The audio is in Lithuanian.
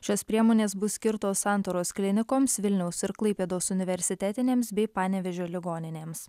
šios priemonės bus skirtos santaros klinikoms vilniaus ir klaipėdos universitetinėms bei panevėžio ligoninėms